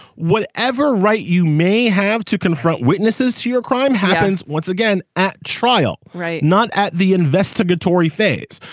whatever right you may have to confront witnesses to your crime happens once again at trial right. not at the investigatory phase.